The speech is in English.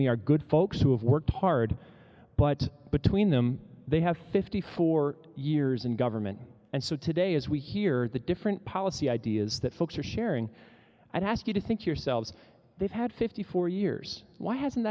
me are good folks who have worked hard but between them they have fifty four years in government and so today as we hear the different policy ideas that folks are sharing i'd ask you to think yourselves they've had fifty four years why hasn't